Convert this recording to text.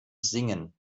singen